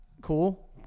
Cool